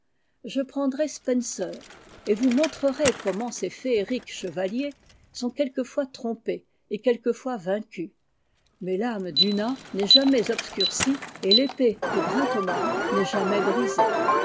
je prendrais spencer et vous montrerais comment ses féeriques a chevaliers sont quelquefois trompés et quelquefois vaincus mais l'âme d'una n'est jamais obscurcie et fépée de brintomart n'est jamais brisée